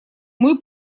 мой